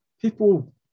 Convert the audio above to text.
people